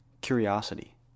curiosity